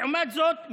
לעומת זאת,